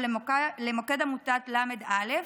או למוקד עמותת ל"א,